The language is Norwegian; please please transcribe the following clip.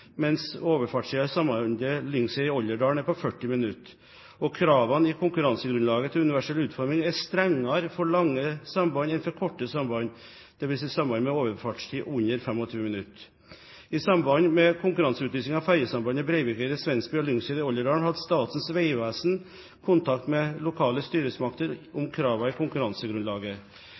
mens overfartstiden i sambandet Lyngseidet–Olderdalen er på 40 minutter. Kravene i konkurransegrunnlaget til universell utforming er strengere for lange samband enn for korte samband, dvs. samband med overfartstid under 25 minutter. I samband med konkurranseutlysning av fergesambandet Breivikeidet–Svensby og Lyngseidet–Olderdalen hadde Statens vegvesen kontakt med lokale styresmakter om kravene i konkurransegrunnlaget.